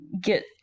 get